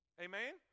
Amen